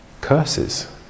Curses